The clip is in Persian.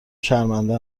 شرمنده